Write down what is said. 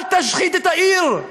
אל תשחית את העיר,